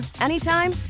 anytime